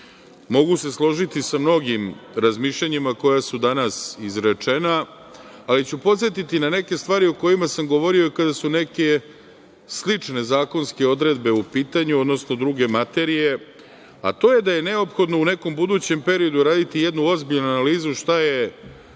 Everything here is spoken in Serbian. se složiti sa mnogim razmišljanjima koja su danas izrečena, ali ću podsetiti na neke stvari o kojima sam govorio kada su neke slične zakonske odredbe u pitanju, odnosno druge materije, a to je da je neophodno u nekom budućem periodu raditi jednu ozbiljnu analizu – šta je